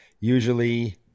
usually